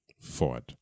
forward